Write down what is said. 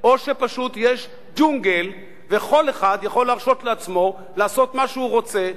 או שפשוט יש ג'ונגל וכל אחד יכול להרשות לעצמו לעשות מה שהוא רוצה?